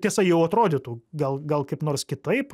tiesa jau atrodytų gal gal kaip nors kitaip